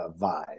vibe